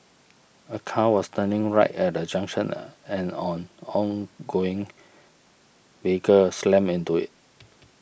a car was turning right at a junction and on ongoing vehicle slammed into it